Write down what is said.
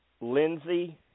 Lindsay